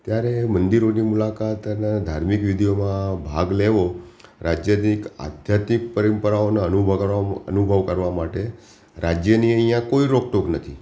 ત્યારે મંદિરોની મુલાકાત અને ધાર્મિક વિધિઓમાં ભાગ લેવો રાજ્યની એક આધ્યાત્મિક પરંપરાઓના અનુભવ કડવા અનુભવ કરવા માટે રાજ્યની અહીંયા કોઈ રોકટોક નથી